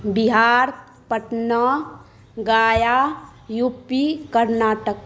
Bihar Patna Gaya UP Karnataka